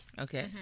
Okay